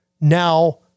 Now